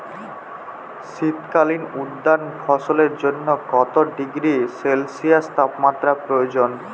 শীত কালীন উদ্যান ফসলের জন্য কত ডিগ্রী সেলসিয়াস তাপমাত্রা প্রয়োজন?